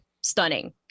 stunning